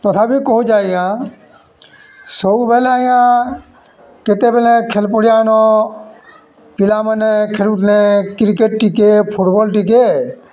ତଥାପି କହୁଛେଁ ଆଜ୍ଞା ସବୁବେଲେ ଆଜ୍ଞା କେତେବେଲେ ଖେଲ୍ପଡ଼ିଆନ ପିଲାମାନେ ଖେଲୁଥିଲେ କ୍ରିକେଟ୍ ଟିକେ ଫୁଟ୍ବଲ୍ ଟିକେ